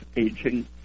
aging